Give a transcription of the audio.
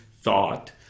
thought